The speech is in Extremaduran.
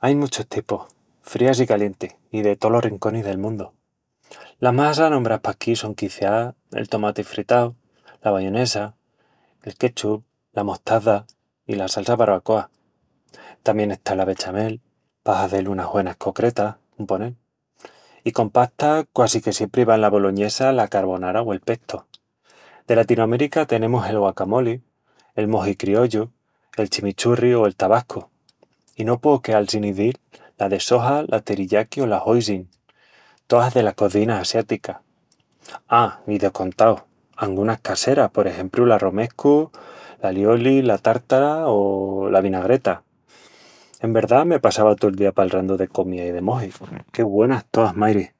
Ain muchus tipus, frías i calientis, i de tolos rinconis del mundu. Las más anombrás paquí son quiciás el tomati fritau, la bayonesa, el ketchup, la mostaza i la salsa barbacoa. Tamién está la bechamel, pa hazel unas güenas cocretas, un ponel. I con pasta, quasi que siempri ván la boloñesa, la carbonara o el pestu. De Latinoamérica, tenemus el guacamoli, el moji criollu, el chimichurri o el tabascu. I no pueu queal sin izil la de soja, la teriyaki o la hoisin, toas dela cozina asiática. A, i de contau, angunas caseras, por exempru, la romescu, l'alioli, la tártara o la vinagreta. En verdá, me passava tol día palrandu de comía i de mojis. Qué güenas toas, mairi!